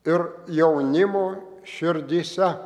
ir jaunimo širdyse